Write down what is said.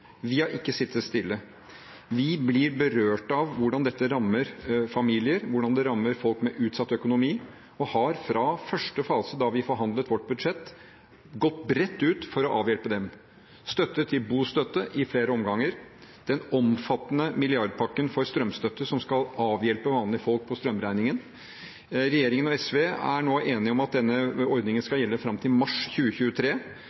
Vi har ikke sitte stille. Vi blir berørte av hvordan dette rammer familier, hvordan det rammer folk med utsatt økonomi, og har fra første fase, da vi forhandlet vårt budsjett, gått bredt ut for å avhjelpe dem: Støtte til bostøtte i flere omganger, den omfattende milliardpakken for strømstøtte som skal avhjelpe vanlige folk på strømregningen. Regjeringen og SV er nå enige om at denne ordningen